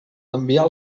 enviar